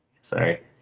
Sorry